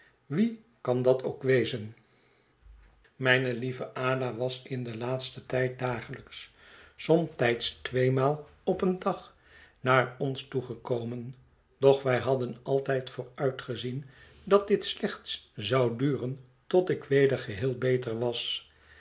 wie kan dat ook wezen mijne lieve ada was in den laatsten tijd dagelijks somtijds tweemaal op een dag naar ons toe gekomen doch wij hadden altijd vooruitgezien dat dit slechts zou duren tot ik weder geheel beter was